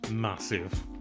massive